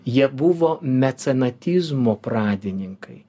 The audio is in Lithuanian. jie buvo mecanatizmo pradininkai